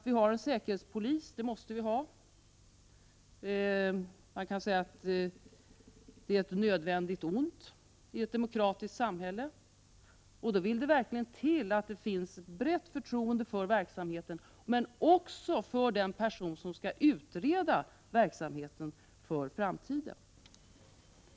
Vi har en säkerhetspolis — det måste vi ha. Man kan säga att det är ett nödvändigt ont i ett demokratiskt samhälle, och då vill det verkligen till att det finns ett brett förtroende för verksamheten men också för den person som skall utreda verksamheten för framtiden.